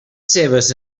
seves